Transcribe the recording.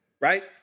right